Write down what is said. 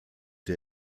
der